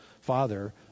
father